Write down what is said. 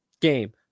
game